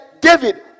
David